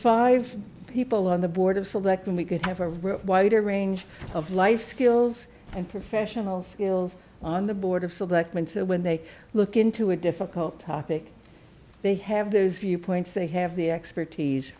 five people on the board of selectmen we could have a real wider range of life skills and professional skills on the board of selectmen so when they look into a difficult topic they have those viewpoints they have the expertise